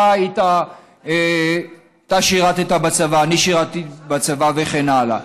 אתה שירת בצבא ואני שירתי בצבא וכן הלאה.